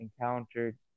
encountered